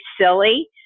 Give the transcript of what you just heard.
silly